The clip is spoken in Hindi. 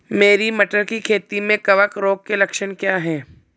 मेरी मटर की खेती में कवक रोग के लक्षण क्या हैं?